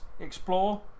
Explore